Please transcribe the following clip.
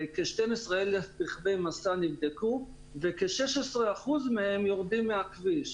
כ-12,000 רכבי משא נבדקו וכ-16% מהם יורדים מהכביש.